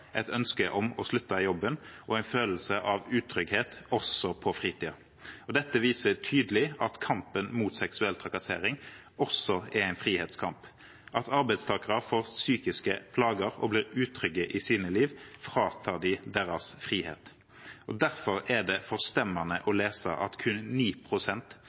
et ønske om å slutte i jobben og en følelse av utrygghet også på fritiden. Dette viser tydelig at kampen mot seksuell trakassering også er en frihetskamp. At arbeidstakere får psykiske plager og blir utrygge i sitt liv, fratar dem deres frihet. Derfor er det forstemmende å lese at kun